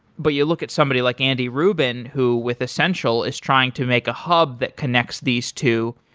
but you look at somebody like andy rubin who, with essential, is trying to make a hub that connects these two,